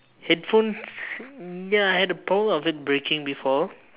headphones ya I had a problem of it breaking before